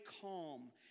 calm